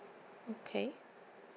okay